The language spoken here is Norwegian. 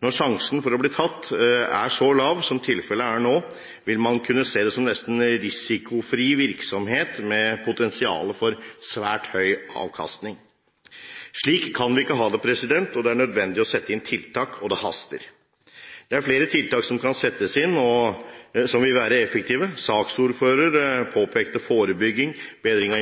Når sjansen for å bli tatt er så lav som tilfellet er nå, vil man kunne se det som nesten risikofri virksomhet med potensial for svært høy avkastning. Slik kan vi ikke ha det. Det er nødvendig å sette inn tiltak, og det haster. Det er flere tiltak som kan settes inn som vil være effektive. Saksordføreren påpekte forebygging, bedring